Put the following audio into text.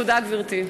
תודה, גברתי.